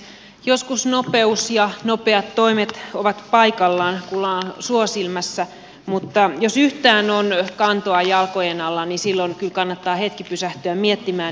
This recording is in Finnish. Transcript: joskus nopeus ja nopeat toimet ovat paikallaan kun ollaan suonsilmässä mutta jos yhtään on kantoa jalkojen alla niin silloin kyllä kannattaa hetki pysähtyä miettimään